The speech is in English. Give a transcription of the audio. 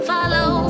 Follow